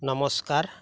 নমস্কাৰ